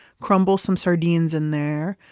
crumble some sardines in there.